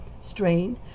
Strain